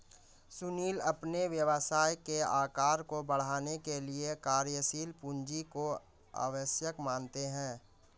सुनील अपने व्यवसाय के आकार को बढ़ाने के लिए कार्यशील पूंजी को आवश्यक मानते हैं